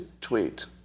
tweet